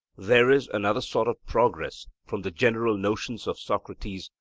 there is another sort of progress from the general notions of socrates,